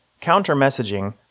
counter-messaging